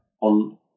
on